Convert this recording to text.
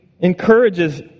encourages